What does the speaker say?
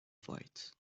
fight